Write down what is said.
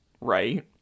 Right